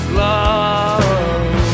love